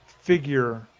figure